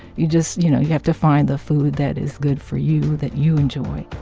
you just you know, you have to find the food that is good for you that you enjoy